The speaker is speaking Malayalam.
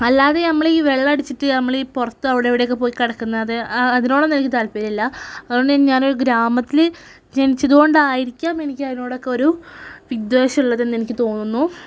അല്ലാതെ നമ്മളീ വെള്ളമടിച്ചിട്ട് നമ്മളീ പുറത്ത് അവിടെയും ഇവിടെയൊക്കെ പോയി കിടക്കുന്നത് അതിനോടൊന്നും എനിക്ക് താത്പര്യമില്ല അതുകൊണ്ട് ഞാനൊരു ഗ്രാമത്തിൽ ജനിച്ചതു കൊണ്ടായിരിക്കാം എനിക്ക് അതിനോടൊക്കെ ഒരു വിദ്വേഷമുള്ളതെന്ന് എനിക്കു തോന്നുന്നു